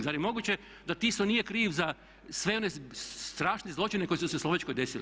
Zar je moguće da Tiso nije kriv za sve one strašne zločine koji su se u Slovačkoj desili?